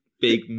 big